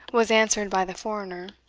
was answered by the foreigner,